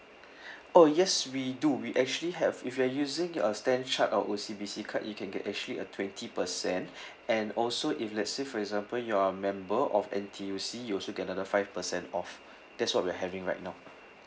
oh yes we do we actually have if you are using a stand chart or O_C_B_C card you can get actually a twenty percent and also if let's say for example you are member of N_T_U_C you also get another five percent off that's what we are having right now